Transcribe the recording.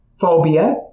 phobia